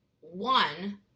one